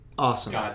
Awesome